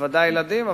בוודאי ילדים,